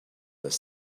their